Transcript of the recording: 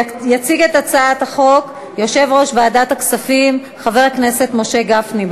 יציג את הצעת החוק יושב-ראש ועדת הכספים חבר הכנסת משה גפני.